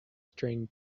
string